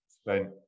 spent